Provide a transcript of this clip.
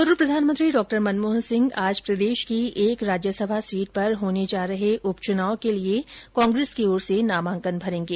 पूर्व प्रधानमंत्री डॉ मन मोहन सिंह प्रदेश की एक राज्यसभा सीट पर होने जा रहे उपचुनाव के लिये आज कांग्रेस की ओर से नामांकन भरेंगे